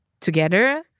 together